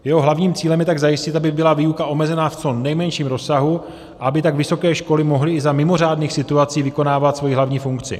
Jeho hlavním cílem je tak zajistit, aby byla výuka omezena v co nejmenším rozsahu a aby tak vysoké školy mohly i za mimořádných situací vykonávat svoji hlavní funkci.